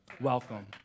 Welcome